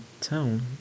town